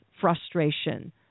frustration